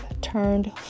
turned